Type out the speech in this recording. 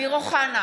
אמיר אוחנה,